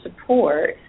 support